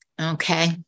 okay